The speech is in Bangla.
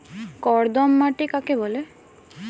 কর্দম মাটি কাকে বলে?